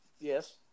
Yes